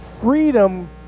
freedom